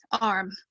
arm